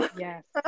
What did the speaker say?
Yes